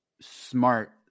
smart